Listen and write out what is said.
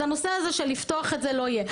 הנושא של לפתוח את זה לא יהיה.